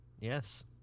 Yes